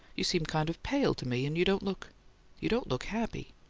you seem kind of pale, to me and you don't look you don't look happy.